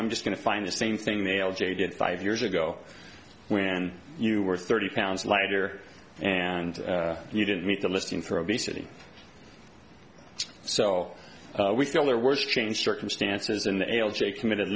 i'm just going to find the same thing male j did five years ago when you were thirty pounds lighter and you didn't meet the listing for obesity so all we still are worst changed circumstances and l j committed